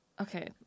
okay